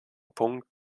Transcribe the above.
punkt